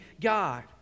God